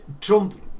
Trump